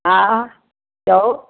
हा चओ